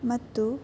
ಮತ್ತು